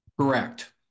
Correct